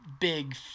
big